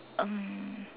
um